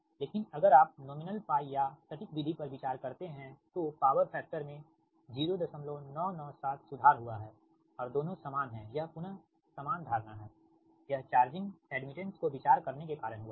लेकिन अगर आप नाममात्र या सटीक विधि पर विचार करते हैं तो पावर फैक्टर में 0997 सुधार हुआ है और दोनों सामान है यह पुनः समान धारणा हैयह चार्जिंग एड्मिटेंस को विचार करने के कारण हुआ है